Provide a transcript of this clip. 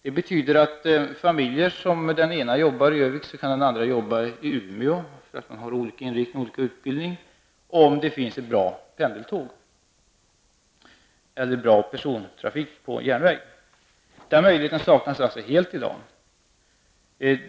Det betyder att den ena parten i en familj kan arbeta i Örnsköldsvik och den andra i Umeå, på grund av att man har olika utbildning, om det finns ett bra pendeltåg eller bra persontrafik på järnväg. Den möjligheten saknas helt i dag.